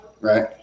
right